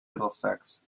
middlesex